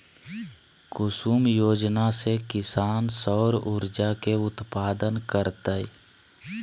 कुसुम योजना से किसान सौर ऊर्जा के उत्पादन करतय